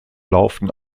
laufen